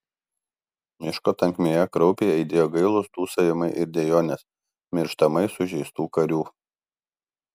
miško tankmėje kraupiai aidėjo gailūs dūsavimai ir dejonės mirštamai sužeistų karių